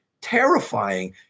terrifying